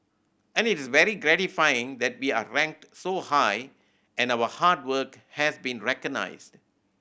and it's very gratifying that we are ranked so high and our hard work has been recognised